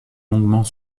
longuement